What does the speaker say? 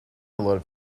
allotted